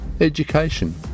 Education